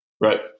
Right